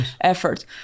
effort